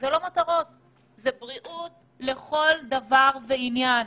אלא בריאות לכל דבר ועניין.